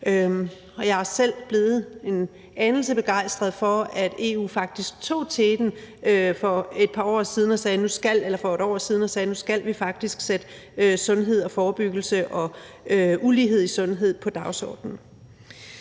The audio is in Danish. Jeg er selv blevet en anelse begejstret for, at EU faktisk tog teten for et år siden og sagde: Nu skal vi faktisk sætte sundhed og forebyggelse og ulighed i sundhed på dagsordenen.